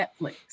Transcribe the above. Netflix